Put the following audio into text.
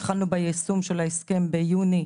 התחלנו ביישום של ההסכם ביוני